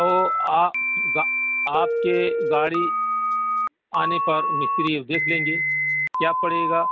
او آپ گا آپ کے گاڑی آنے پر مستری دیکھ لیں گے کیا پڑے گا